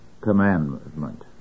commandment